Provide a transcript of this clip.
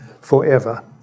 forever